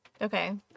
Okay